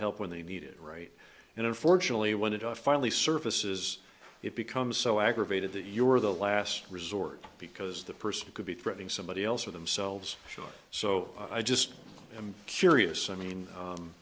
help when they need it right and unfortunately when it off finally surfaces it becomes so aggravated that you are the last resort because the person could be threatening somebody else or themselves short so i just am curious i mean